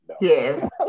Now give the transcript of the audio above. Yes